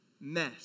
mess